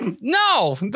No